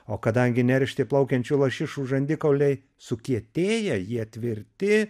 o kadangi neršti plaukiančių lašišų žandikauliai sukietėję jie tvirti